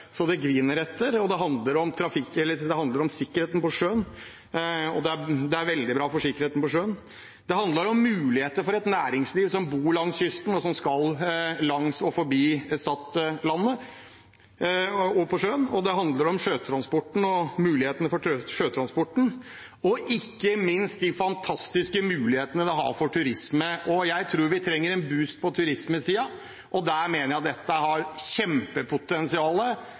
så det griner etter. Det handler om at det er veldig bra for sikkerheten på sjøen, og det handler om muligheter for et næringsliv langs kysten som skal langs og forbi Stadlandet på sjøen. Det handler om sjøtransporten og mulighetene for sjøtransporten, og ikke minst om de fantastiske mulighetene det har for turisme. Jeg tror vi trenger en boost på turismesiden, og der mener jeg dette har